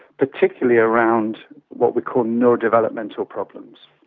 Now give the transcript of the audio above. particularly around what we call neurodevelopmental problems.